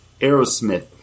Aerosmith